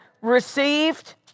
received